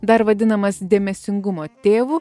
dar vadinamas dėmesingumo tėvu